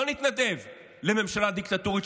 לא נתנדב לממשלה דיקטטורית,